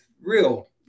real